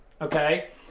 okay